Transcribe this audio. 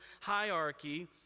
hierarchy